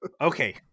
Okay